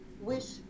wish